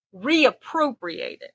reappropriated